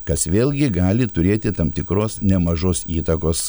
kas vėlgi gali turėti tam tikros nemažos įtakos